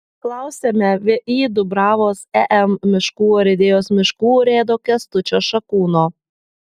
klausiame vį dubravos em miškų urėdijos miškų urėdo kęstučio šakūno